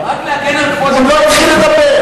אבל הוא עוד לא התחיל לדבר.